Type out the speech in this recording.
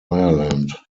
ireland